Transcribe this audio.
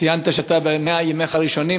ציינת שאתה ב-100 ימיך הראשונים,